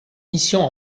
missions